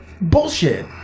bullshit